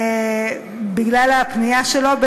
ובגלל הפנייה שלו,